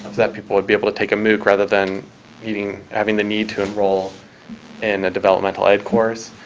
that people would be able to take a mooc rather than needing having the need to enroll in a developmental ed course.